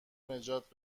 نجات